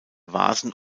vasen